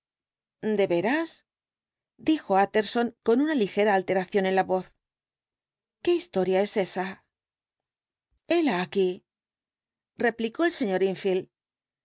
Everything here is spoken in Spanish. veras dijo utterson con una ligera alteración en la voz qué historia es esa hela aquí replicó el sr enfield